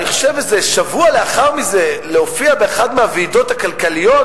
אני חושב איזה שבוע לאחר מכן הופעת באחת מהוועידות הכלכליות